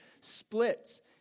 splits